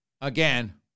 Again